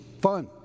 fun